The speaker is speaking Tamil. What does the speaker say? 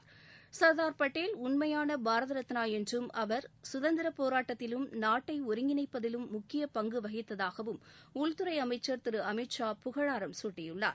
இதேபோல சர்தார் படேல் உண்மையான பாரத ரத்னா என்றும் அவர் சுதந்திரப் போராட்டத்திலும் நாட்டை ஒருங்கிணைப்பதிலும் முக்கிய பங்கு வகித்ததாக மத்திய உள்துறை அமைச்சர் திரு அமித் ஷா புகழாரம் குட்டினார்